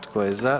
Tko je za?